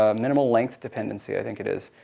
ah minimal length dependency, i think it is.